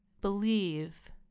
believe